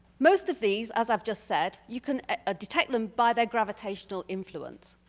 most of these as i've just said. you can ah detect them by their gravitational influence.